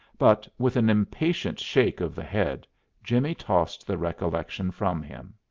but with an impatient shake of the head jimmie tossed the recollection from him.